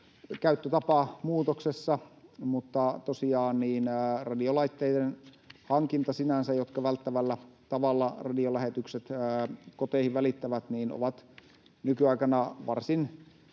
käyttötapamuutoksessa, mutta sinänsä radiolaitteet, jotka välttävällä tavalla radiolähetykset koteihin välittävät, ovat nykyaikana varsin